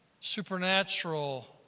supernatural